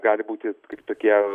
gali būti kaip tokie